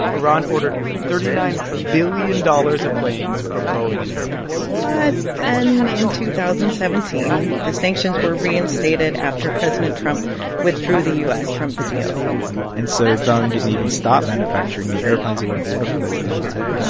iran ordered thirty nine billion dollars of planes from boeing and airbus but then, in two thousand and seventeen, the sanctions were reinstated after president trump withdrew the u s. from the deal and so boeing didn't even start manufacturing the airplanes that were in order for those airlines.